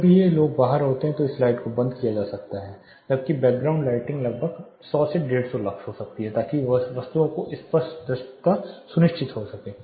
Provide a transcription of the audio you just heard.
जब भी ये लोग बाहर होते हैं तो इस लाइट को बंद किया जा सकता है जबकि बैकग्राउंड लाइटिंग लगभग 100 150 लक्स हो सकती है ताकि वस्तुओं की स्पष्ट दृश्यता सुनिश्चित हो सके